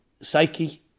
psyche